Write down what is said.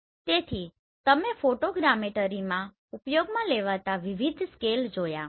તેથી તમે ફોટોગ્રામેટરીમાં ઉપયોગમાં લેવાતા વિવિધ સ્કેલ જોયા